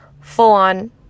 full-on